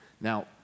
Now